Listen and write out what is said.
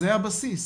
זה הבסיס.